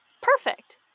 perfect